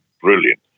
brilliant